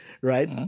right